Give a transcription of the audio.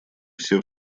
все